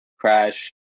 crash